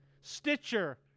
Stitcher